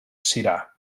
sirà